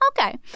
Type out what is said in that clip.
Okay